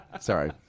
Sorry